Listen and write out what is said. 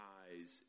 eyes